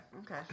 Okay